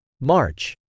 March